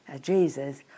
Jesus